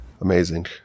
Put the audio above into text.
Amazing